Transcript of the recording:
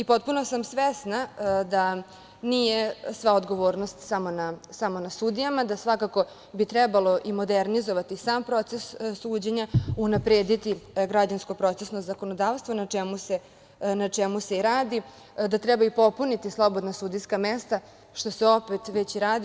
Potpuno sam svesna da nije sve odgovornost samo na sudijama, da svakako bi trebalo i modernizovati sam proces suđenja, unaprediti građansko-procesno zakonodavstvo na čemu se i radi, da treba i popuniti slobodna sudijska mesta što se opet već radi.